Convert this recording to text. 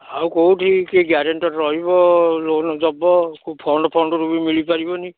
ଆଉ କେଉଁଠି କିଏ ଗ୍ୟାରେଣ୍ଟର୍ ରହିବ ଲୋନ୍ ଦେବ କେଉଁ ଫଣ୍ଡ୍ ଫଣ୍ଡ୍ରୁ ବି ମିଳିପାରିବନି